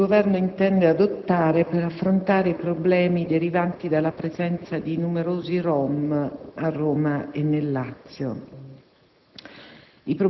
che il Governo intende adottare per affrontare i problemi derivanti della presenza di numerosi Rom nella città di Roma e nel Lazio.